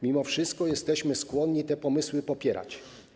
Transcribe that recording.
Mimo wszystko jesteśmy skłonni te pomysły popierać.